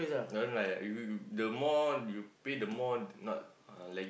don't like that ah the more you pay the more not uh like